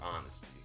honesty